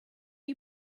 you